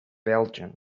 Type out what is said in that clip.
belgium